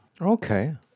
Okay